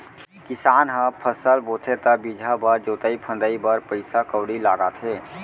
किसान ह फसल बोथे त बीजहा बर, जोतई फंदई बर पइसा कउड़ी लगाथे